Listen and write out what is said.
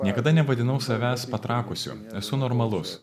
niekada nevadinau savęs patrakusiu esu normalus